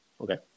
Okay